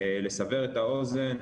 לסבר את האוזן,